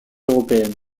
européenne